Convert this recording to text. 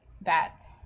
Bats